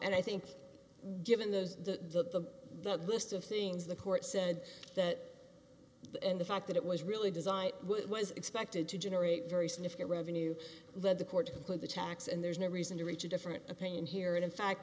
and i think given the list of things the court said that and the fact that it was really designed with was expected to generate very significant revenue led the court to complete the tax and there's no reason to reach a different opinion here and in fact